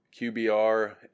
QBR